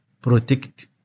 protect